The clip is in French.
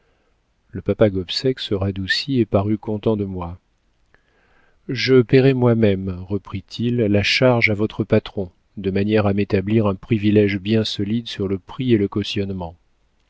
le papa gobseck se radoucit et parut content de moi je paierai moi-même reprit-il la charge à votre patron de manière à m'établir un privilége bien solide sur le prix et le cautionnement